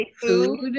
food